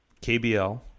KBL